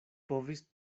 povis